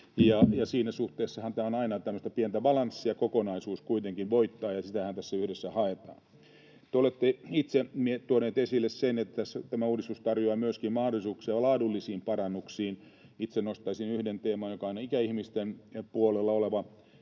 siinä suhteessahan tämä on aina tämmöistä pientä balanssia. Kokonaisuus kuitenkin voittaa, ja sitähän tässä yhdessä haetaan. Te olette itse tuonut esille sen, että tämä uudistus tarjoaa myöskin mahdollisuuksia laadullisiin parannuksiin. Itse nostaisin yhden teeman, joka on ikäihmisten puolella oleva